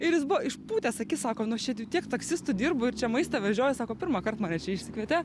ir jis buvo išpūtęs akis sako nu aš čia tiek taksistu dirbu ir čia maistą vežioju sako pirmąkart mane čia išsikvietė